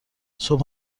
صبح